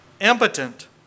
impotent